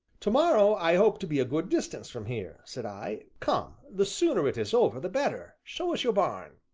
to-morrow i hope to be a good distance from here, said i come, the sooner it is over the better, show us your barn.